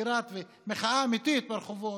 מחאה אמיתית ברחובות.